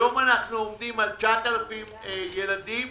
היום אנחנו עומדים על 9,000 ילדים